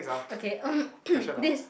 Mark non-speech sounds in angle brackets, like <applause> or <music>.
okay <coughs> this